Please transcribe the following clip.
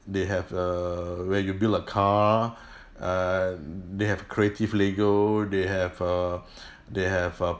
they have err where you build a car err they have creative lego they have err they have a